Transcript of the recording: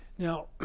Now